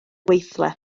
gweithle